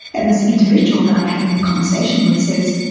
and this individual that i'm having the conversation with says,